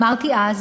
אמרתי אז